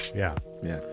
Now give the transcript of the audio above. yeah. yeah.